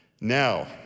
Now